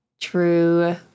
True